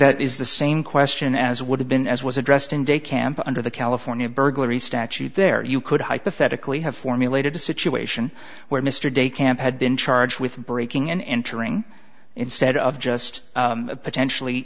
that is the same question as would have been as was addressed in de camp under the california burglary statute there you could hypothetically have formulated a situation where mr de camp had been charged with breaking and entering instead of just potentially